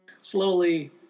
slowly